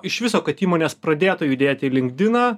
iš viso kad įmonės pradėtų judėt į linkdiną